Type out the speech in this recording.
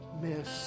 miss